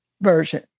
version